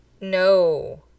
No